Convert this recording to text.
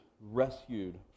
rescued